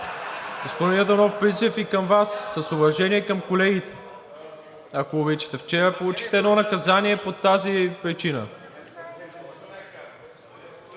Господин Йорданов, с призив и към Вас – с уважение към колегите, ако обичате! Вчера получихте едно наказание по тази причина.